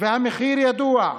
והמחיר ידוע,